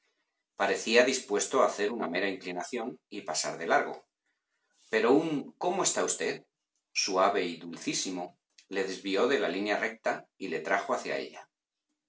parecía dispuesto a hacer una mera inclinación y pasar de largo pero un cómo está usted suave y dulcísimo le desvió de la línea recta y le trajo hacia ella